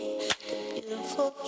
beautiful